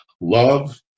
love